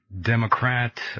Democrat